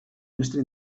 mestre